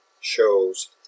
shows